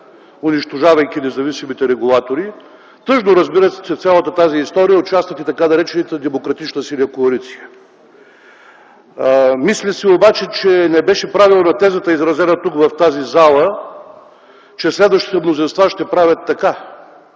унищожавайки независимите регулатори. Тъжно е, разбира се, че в цялата тази история участва и така наречената демократична Синя коалиция. Мисля си обаче, че не беше правилна тезата, изразена тук, в тази зала, че следващите мнозинства ще правят така.